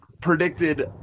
predicted